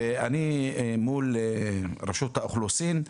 בעניין הזה אני מול רשות האוכלוסין.